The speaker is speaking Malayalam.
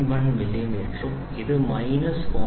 01 മില്ലിമീറ്ററും ഇത് മൈനസ് 0